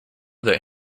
that